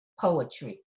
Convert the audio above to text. poetry